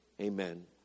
Amen